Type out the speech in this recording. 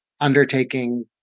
undertaking